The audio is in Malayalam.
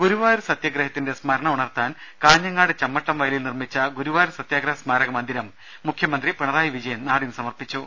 ഗുരുവായൂർ സത്യാഗ്രഹത്തിന്റെ സ്മരണ ഉണർത്താൻ കാഞ്ഞങ്ങാട് ചമ്മട്ടംവയ ലിൽ നിർമിച്ച ഗുരുവായൂർ സത്യാഗ്രഹ സ്മാരക മന്ദിരം മുഖ്യമന്ത്രി പിണ റായി വിജയൻ നാടിന് സമർപ്പിച്ചു